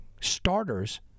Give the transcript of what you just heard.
starters